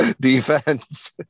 Defense